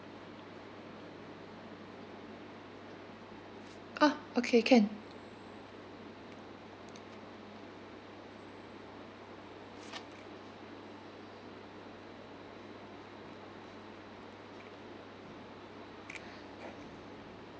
ah okay can